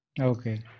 Okay